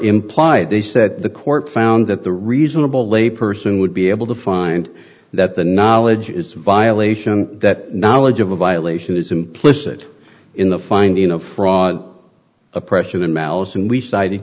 implied they said the court found that the reasonable lay person would be able to find that the knowledge is violation that knowledge of a violation is implicit in the finding of fraught oppression in malice and we cited